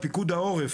פיקוד העורף